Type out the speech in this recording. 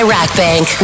RackBank